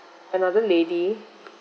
another lady